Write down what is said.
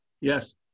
Yes